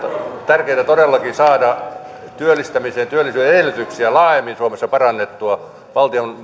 tärkeätä todellakin saada työllistämisen ja työllisyyden edellytyksiä laajemmin suomessa parannettua valtion